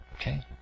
Okay